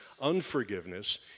unforgiveness